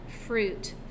fruit